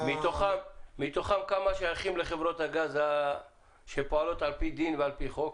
מתוכם כמה שייכים לחברות הגז שפועלות על פי דין ועל פי חוק?